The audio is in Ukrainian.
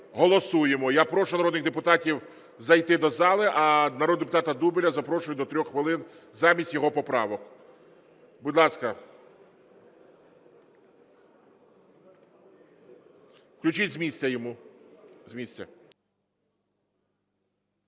голосуємо. Я прошу народних депутатів зайти до зали, а народного депутата Дубеля запрошую, до 3 хвилин, замість його поправок. Будь ласка. Включіть з місця йому.